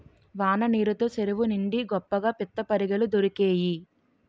వాన నీరు తో సెరువు నిండి గొప్పగా పిత్తపరిగెలు దొరికేయి